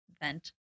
vent